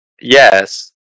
Yes